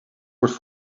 wordt